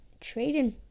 Trading